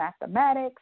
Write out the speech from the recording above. mathematics